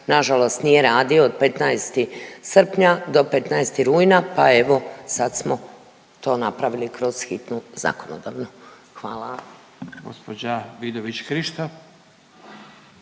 nažalost nije radio od 15. srpnja do 15. rujna, pa evo sad smo to napravili kroz hitnu zakonodavnu, hvala.